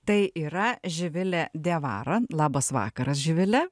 tai yra živilė diavara labas vakaras živile